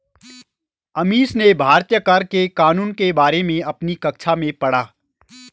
अमीश ने भारतीय कर के कानूनों के बारे में अपनी कक्षा में पढ़ा